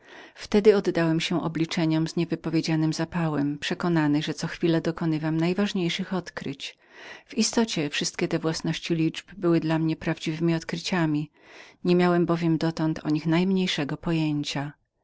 wtedy oddałem się wyrachowaniom z niewypowiedzianym zapałem przekonany że co chwila dokonywałem najważniejszych odkryć w istocie wszystkie te własności liczb były dla mnie prawdziwemi odkryciami niemiałem bowiem dotąd o nich najmniejszego pojęcia